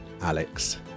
Alex